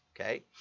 okay